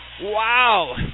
Wow